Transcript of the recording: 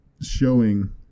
showing